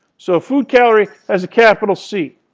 so food calorie has a capital c.